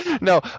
No